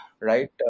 right